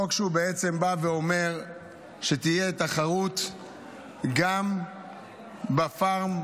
חוק שבעצם בא ואומר שתהיה תחרות גם בפארם.